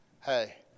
hey